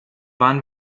waren